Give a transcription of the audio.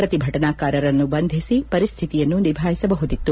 ಪ್ರತಿಭಟನಾಕಾರರನ್ನು ಬಂಧಿಸಿ ಪರಿಸ್ತಿತಿಯನ್ನು ನಿಭಾಯಿಸಬಹುದಿತ್ತು